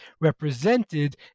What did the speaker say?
represented